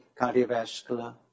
cardiovascular